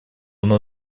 оно